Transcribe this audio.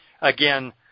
again